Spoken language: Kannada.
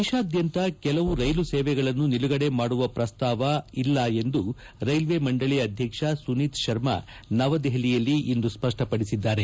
ದೇಶಾದ್ಯಂತ ಕೆಲವು ರೈಲು ಸೇವೆಗಳನ್ನು ನಿಲುಗಡೆ ಮಾಡುವ ಪ್ರಸ್ತಾವ ಇಲ್ಲ ಎಂದು ರೈಲ್ವೆ ಮಂಡಳಿ ಅಧ್ಯಕ್ಷ ಸುನೀತ್ ಕರ್ಮಾ ನವದೆಪಲಿಯಲ್ಲಿಂದು ಸ್ಪಷ್ಟಪಡಿಸಿದ್ದಾರೆ